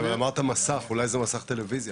אמרת מסך, אולי זה מסך טלוויזיה.